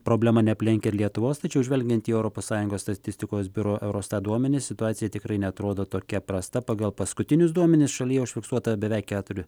problema neaplenkia ir lietuvos tačiau žvelgiant į europos sąjungos statistikos biuro eurostat duomenis situacija tikrai neatrodo tokia prasta pagal paskutinius duomenis šalyje užfiksuota beveik keturi